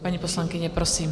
Paní poslankyně, prosím.